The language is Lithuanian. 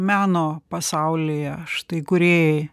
meno pasaulyje štai kūrėjai